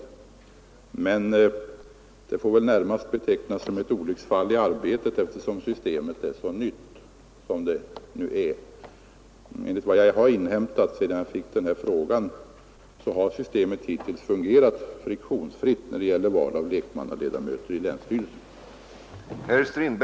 Men det får väl närmast betecknas såsom ett olycksfall i arbetet, eftersom systemet är så nytt. Enligt vad jag har inhämtat sedan jag fick denna fråga har systemet hittills fungerat friktionsfritt när det gäller val av lekmannaledamöter i länsstyrelse.